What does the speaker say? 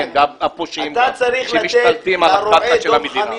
כן, אתם הפושעים שמשתלטים על הקרקע של המדינה.